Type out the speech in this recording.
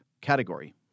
category